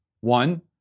One